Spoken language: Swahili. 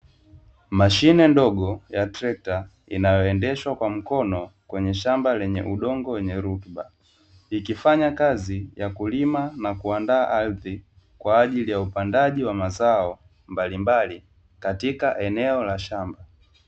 Mashine ndogo ya trekta inayoendeshwa kwa mkono kwenye shamba lenye udongo wenye rutuba, ikifanya kazi ya kulima na kuandaa ardhi kwa ajili ya upandaji wa mazao mbalimbali katika eneo la shamba.